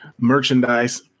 merchandise